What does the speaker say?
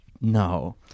No